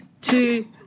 two